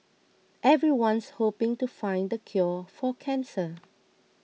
everyone's hoping to find the cure for cancer